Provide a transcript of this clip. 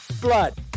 blood